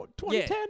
2010